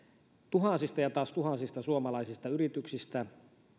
tuhansista ja taas tuhansista suomalaisista yrityksistä